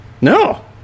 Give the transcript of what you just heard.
No